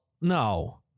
no